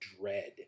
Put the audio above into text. dread